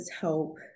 help